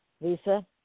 Lisa